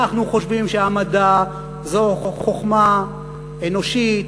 אנחנו חושבים שהמדע הוא חוכמה אנושית,